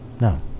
No